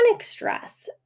stress